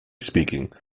speaking